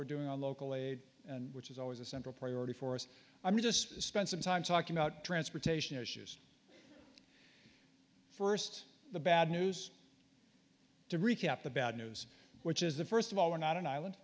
we're doing on local aid which is always a central priority for us i'm just spend some time talking about transportation issues first the bad news to recap the bad news which is the first of all we're not an island